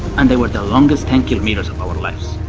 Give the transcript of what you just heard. and they were the longest ten kms of our lives.